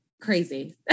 crazy